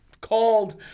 called